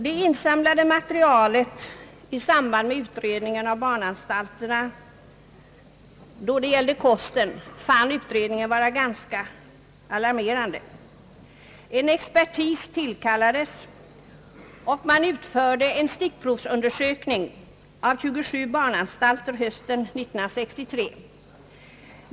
Det insamlade materialet i samband med utredningen om barnanstalterna då det gäller kosten fann utredningen vara ganska alarmerande. Expertis tillkallades, och man utförde en stickprovsundersökning av 27 barnanstalter hösten 1963.